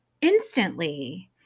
instantly –